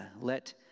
let